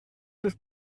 these